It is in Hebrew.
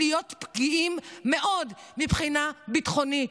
להיות פגיעים מאוד מבחינה ביטחונית.